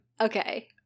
Okay